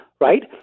right